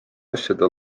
asjade